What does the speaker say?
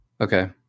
Okay